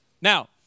Now